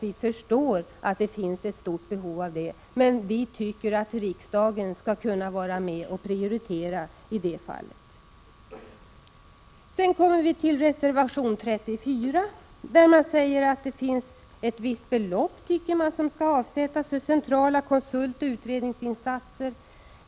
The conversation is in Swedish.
Vi förstår att det finns ett stort behov av detta, men vi tycker att riksdagen skulle kunna medverka vid prioriteringarna på dessa punkter. I reservation 34 framhåller socialdemokraterna: ”Ett visst belopp bör därför avsättas för centrala konsultoch utredningsinsatser ——-”.